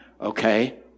okay